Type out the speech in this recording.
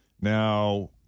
Now